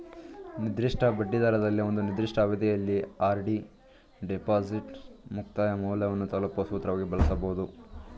ನಿರ್ದಿಷ್ಟ ಬಡ್ಡಿದರದಲ್ಲಿ ಒಂದು ನಿರ್ದಿಷ್ಟ ಅವಧಿಯಲ್ಲಿ ಆರ್.ಡಿ ಡಿಪಾಸಿಟ್ ಮುಕ್ತಾಯ ಮೌಲ್ಯವನ್ನು ತಲುಪುವ ಸೂತ್ರವಾಗಿ ಬಳಸಬಹುದು